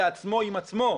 בעצמו עם עצמו,